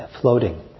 floating